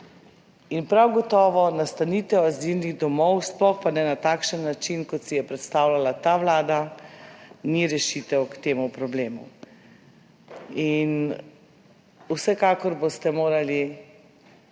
In prav gotovo nastanitev azilnih domov, sploh pa ne na takšen način kot si je predstavljala ta Vlada, ni rešitev k temu problemu. Vsekakor boste morali